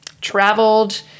traveled